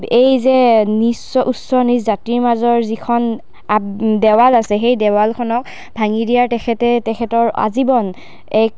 এই যে নিচ উচ্চ নিচ জাতিৰ মাজৰ যিখন দেৱাল আছে সেই দেৱালখনক ভাঙি দিয়াৰ তেখেতে তেখেতৰ আজীৱন